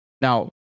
Now